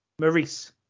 Maurice